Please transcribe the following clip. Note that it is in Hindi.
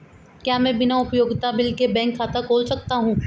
क्या मैं बिना उपयोगिता बिल के बैंक खाता खोल सकता हूँ?